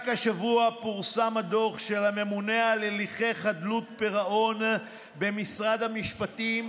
רק השבוע פורסם דוח של הממונה על הליכי חדלות פירעון במשרד המשפטים